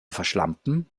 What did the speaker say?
verschlampen